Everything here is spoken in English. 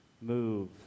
move